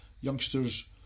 Youngsters